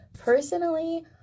personally